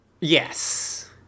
Yes